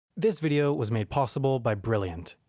this video was made possible by brilliant.